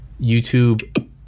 YouTube